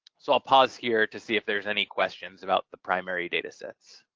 so i'll pause here to see if there's any questions about the primary data sets.